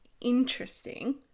interesting